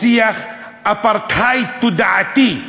או "שיח אפרטהייד תודעתי",